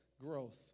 growth